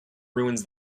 ruins